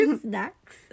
snacks